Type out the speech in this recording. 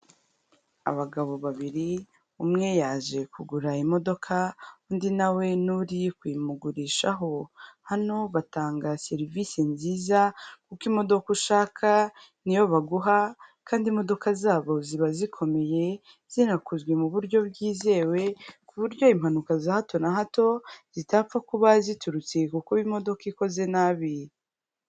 Abagabo babiri, umwe yaje kugura imodoka, undi na we ni uri kuyimugurishaho. Hano batanga serivise nziza kuko imodoka ushaka ni yo baguha kandi imodoka zabo ziba zikomeye zinakozwe mu buryo bwizewe, ku buryo impanuka za hato na hato zitapfa kuba ziturutse ku kuba imodoka ikoze nabi.